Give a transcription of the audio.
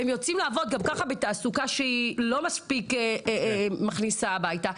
והם יוצאים לעבוד גם ככה בתעסוקה שהיא לא מספיק מכניסה הבייתה.